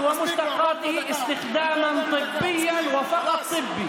גם אני תומך.